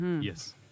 Yes